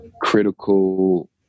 critical